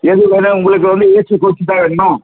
எது வேணும் உங்களுக்கு வந்து ஏசி கோச்சு தான் வேணுமா